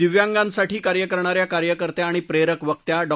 दिव्यांगासाठी कार्य करणाऱ्या कार्यकर्त्या आणि प्रेरक वक्त्या डॉ